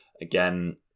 Again